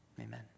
amen